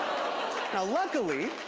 now luckily,